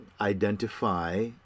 identify